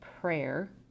prayer